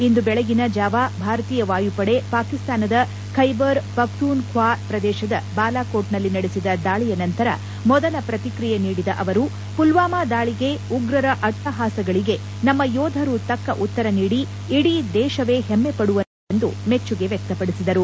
ಇಂದು ಬೆಳಗಿನ ಜಾವ ಭಾರತೀಯ ವಾಯುಪಡೆ ಪಾಕಿಸ್ತಾನದ ಖೈಬರ್ ಪಖ್ತೂನ್ ಖ್ವಾ ಪ್ರದೇಶದ ಬಾಲಾಕೋಟ್ನಲ್ಲಿ ನಡೆಸಿದ ದಾಳಿಯ ನಂತರ ಮೊದಲ ಪ್ರಕ್ರಿಯೆ ನೀಡಿದ ಅವರು ಪುಲ್ವಾಮಾ ದಾಳಿಗೆ ಉಗ್ರರ ಅಟ್ಲಹಾಸಗಳಿಗೆ ನಮ್ಮ ಯೋಧರು ತಕ್ಷ ಉತ್ತರ ನೀಡಿ ಇಡೀ ದೇಶವೇ ಹೆಮ್ನೆಪಡುವಂತೆ ಮಾಡಿದ್ದಾರೆ ಎಂದು ಮೆಚ್ಚುಗೆ ವ್ಯಕ್ತಪಡಿಸಿದರು